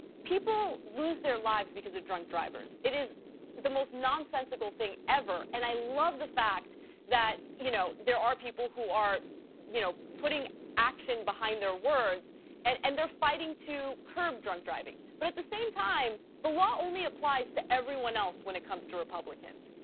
people lose their lives because of drunk drivers. it is the most nonsensical thing ever and i love the fact that you know there are people who are you know putting action behind their words and and they are fighting to curve drunk driving but at the same time, the law only applies to everyone else when it comes to republicans,